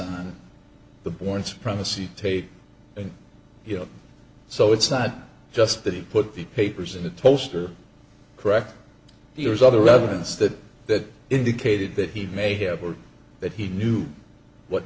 on the bourne supremacy tape and you know so it's not just that he put the papers in the toaster correct yours all the evidence that that indicated that he may have or that he knew what